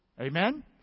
Amen